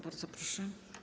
Bardzo proszę.